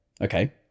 Okay